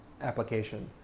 application